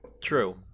True